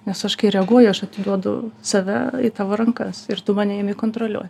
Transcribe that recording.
nes aš kai reaguoju aš atiduodu save į tavo rankas ir tu mane imi kontroliuo